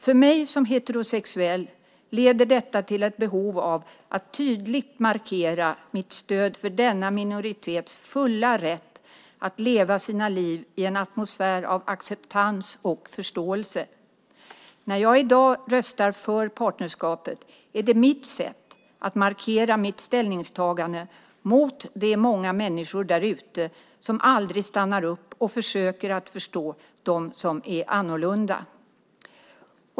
För mig som heterosexuell leder detta till ett behov av att tydligt markera mitt stöd för denna minoritets fulla rätt att leva sina liv i en atmosfär av acceptans och förståelse. När jag i dag röstar för partnerskapet är det mitt sätt att markera mitt ställningstagande mot de många människor där ute som aldrig stannar upp och försöker att förstå dem som är annorlunda."